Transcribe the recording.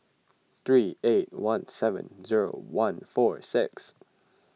three eight one seven zero one four six